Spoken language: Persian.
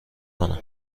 کنم